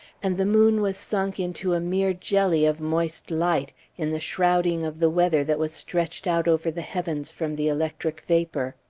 and the moon was sunk into a mere jelly of moist light in the shrouding of the weather that was stretched out over the heavens from the electric vapour.